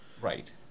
Right